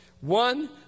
one